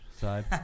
side